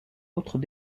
autres